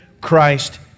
Christ